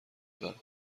دارد